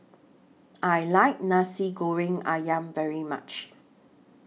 I like Nasi Goreng Ayam very much